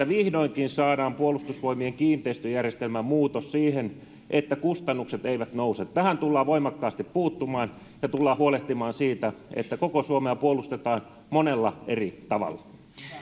vihdoinkin saadaan puolustusvoimien kiinteistöjärjestelmään muutos siinä että kustannukset eivät nouse tähän tullaan voimakkaasti puuttumaan ja tullaan huolehtimaan siitä että koko suomea puolustetaan monella eri tavalla